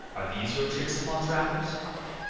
are these your tricks upon travelers?